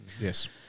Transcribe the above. Yes